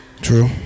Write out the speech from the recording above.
True